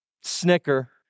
snicker